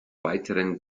weiteren